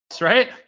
right